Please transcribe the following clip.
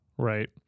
right